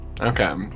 okay